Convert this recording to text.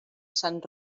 sant